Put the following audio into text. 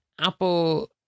Apple